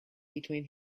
between